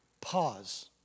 pause